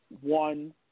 One